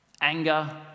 Anger